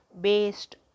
based